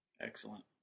Excellent